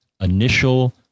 initial